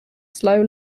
slow